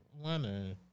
one